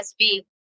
USB